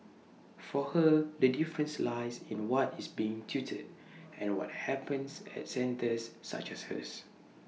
for her the difference lies in what is being tutored and what happens at centres such as hers